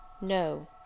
No